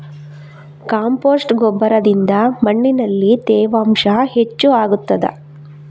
Compost ಗೊಬ್ಬರದಿಂದ ಮಣ್ಣಿನಲ್ಲಿ ತೇವಾಂಶ ಹೆಚ್ಚು ಆಗುತ್ತದಾ?